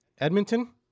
Edmonton